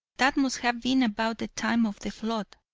that must have been about the time of the flood.